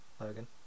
Logan